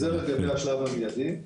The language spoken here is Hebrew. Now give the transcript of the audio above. זה לגבי השלב המיידי.